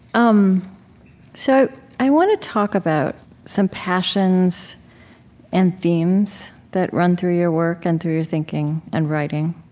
um so i want to talk about some passions and themes that run through your work and through your thinking and writing,